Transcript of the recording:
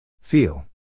Feel